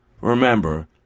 Remember